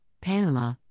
Panama